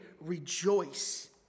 rejoice